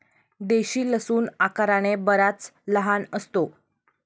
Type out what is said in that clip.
देशी लसूण आकाराने बराच लहान असतो